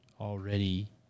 already